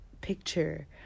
picture